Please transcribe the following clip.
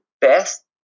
best